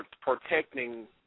protecting